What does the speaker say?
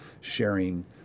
sharing